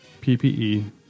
PPE